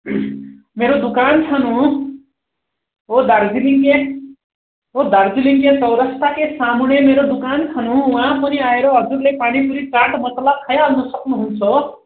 मेरो दोकान छ नु वो दार्जिलिङके वो दार्जिलिङके चौरस्ताके सामुने मेरो दोकान छनु वहाँ पनि आएर हजुरले पानीपुरी चाट मसाला खाइहाल्नु सक्नु हुन्छ